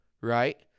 right